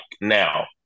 Now